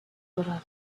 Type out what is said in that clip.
dorado